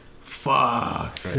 Fuck